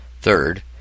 Third